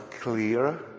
clear